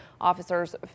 Officers